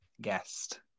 guest